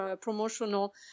promotional